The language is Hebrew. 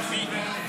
--- להגיע.